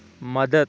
مدد